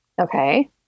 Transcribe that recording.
okay